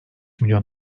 milyon